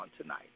tonight